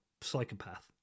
psychopath